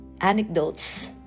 anecdotes